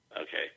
Okay